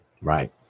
Right